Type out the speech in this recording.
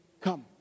come